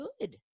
good